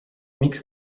miks